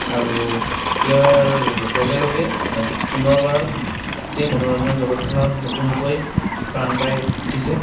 আৰু ইয়াৰ লগে লগে পুনৰবাৰ গোটেই মনোৰঞ্জন জগতখনত নতুনকৈ প্ৰাণ পাই উঠিছে